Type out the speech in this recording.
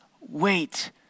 wait